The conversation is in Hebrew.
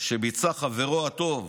שביצע חברו הטוב